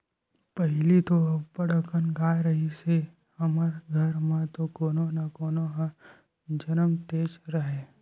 पहिली तो अब्बड़ अकन गाय रिहिस हे हमर घर म त कोनो न कोनो ह जमनतेच राहय